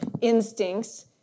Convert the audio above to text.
instincts